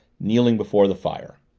kneeling before the fire.